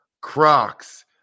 Crocs